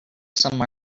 some